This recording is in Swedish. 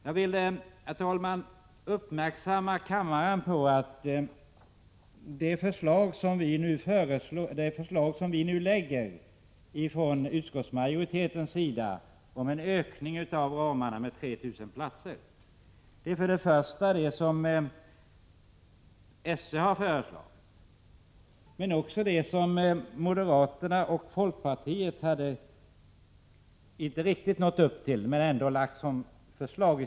Jag vill, herr talman, uppmärksamma kammaren på att utskottsmajoritetens förslag om en utökning av ramarna med 3 000 platser är i enlighet med SÖ:s förslag men också i enlighet med det som moderaterna och folkpartiet har föreslagit i sina reservationer.